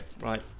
right